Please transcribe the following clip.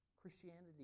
Christianity